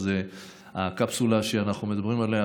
אז הקפסולה שאנחנו מדברים עליה